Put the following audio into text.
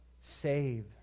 save